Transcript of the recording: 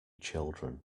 children